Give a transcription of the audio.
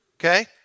Okay